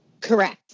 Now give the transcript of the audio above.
Correct